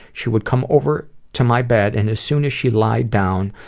she would come over to my bed, and as soon as she lied down,